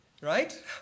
right